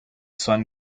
sun